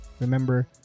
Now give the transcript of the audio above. Remember